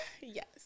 Yes